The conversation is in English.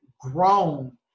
grown